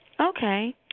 Okay